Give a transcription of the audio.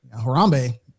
Harambe